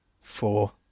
Four